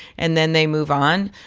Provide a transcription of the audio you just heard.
and then they move on.